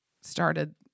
started